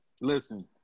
Listen